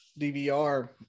DVR